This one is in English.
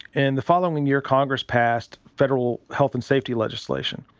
and the following year congress passed federal health and safety legislation.